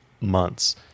months